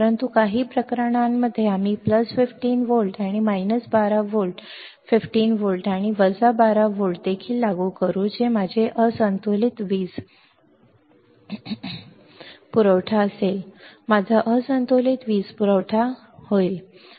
परंतु काही प्रकरणांमध्ये आम्ही प्लस 15 व्होल्ट आणि वजा 12 व्होल्ट 15 व्होल्ट आणि वजा 12 व्होल्ट देखील लागू करू जे माझा असंतुलित वीज पुरवठा असेल माझा असंतुलित वीज पुरवठा ठीक होईल